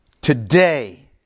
today